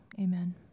Amen